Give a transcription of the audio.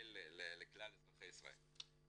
כולל לכלל אזרחי ישראל.